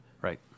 Right